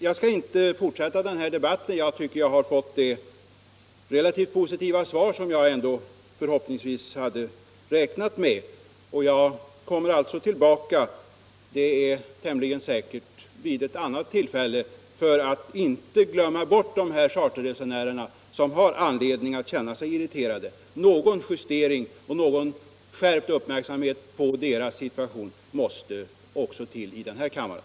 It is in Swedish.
Jag skall inte fortsätta den här debatten; jag tycker att jag har fått det relativt positiva svar som jag hade hoppats på. Jag kommer tillbaka vid ett annat tillfälle för att inte charterresenärerna skall glömmas bort. De har anledning att känna sig irriterade, och deras situation måste ägnas skärpt uppmärksamhet också här i kammaren.